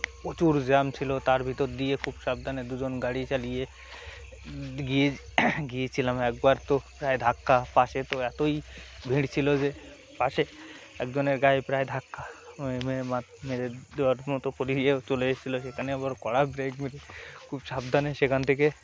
প্রচুর জ্যাম ছিল তার ভিতর দিয়ে খুব সাবধানে দুজন গাড়ি চালিয়ে গিয়ে গিয়েছিলাম একবার তো প্রায় ধাক্কা পাশে তো এতোই ভিড় ছিল যে পাশে একজনের গায়ে প্রায় ধাক্কা ওই মেয়ে মা মেয়েদের দেয়ার মতো পরিয়ে চলে এসেছিলো সেখানে আবার কড়া ব্রেক ব্রেক খুব সাবধানে সেখান থেকে